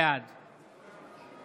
בעד